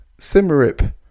Simmerip